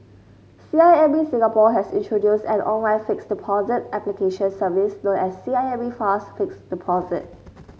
C I M B Singapore has introduced an online fixed deposit application service known as the C I M B Fast Fixed Deposit